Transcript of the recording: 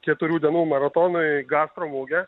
keturių dienų maratonui gastro mugė